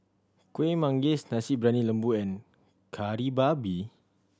Kueh Manggis Nasi Briyani Lembu and Kari Babi